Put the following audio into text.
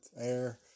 air